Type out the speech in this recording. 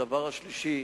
הדבר השלישי,